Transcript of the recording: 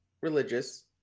religious